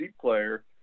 player